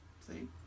See